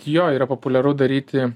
jo yra populiaru daryti